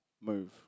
move